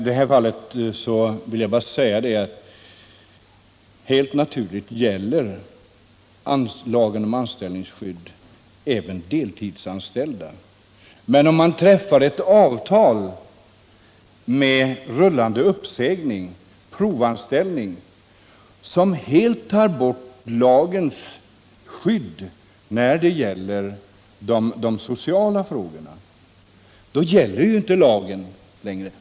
Herr talman! Helt naturligt gäller lagen om anställningsskydd även deltidsanställda. Men om man träffar avtal om provanställning med rullande uppsägning, som helt tar bort lagens skydd när det gäller de sociala frågorna, gäller ju inte lagen längre.